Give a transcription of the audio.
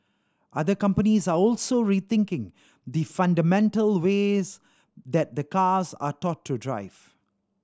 other companies are also rethinking the fundamental ways that cars are taught to drive